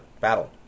battle